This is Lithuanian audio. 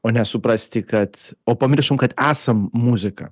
o ne suprasti kad o pamiršom kad esam muzika